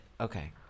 Okay